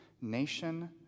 nation